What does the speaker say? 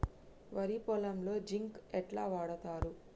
వరి పొలంలో జింక్ ఎట్లా వాడుతరు?